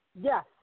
Yes